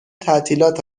تعطیلات